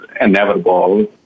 inevitable